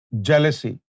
jealousy